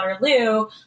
Waterloo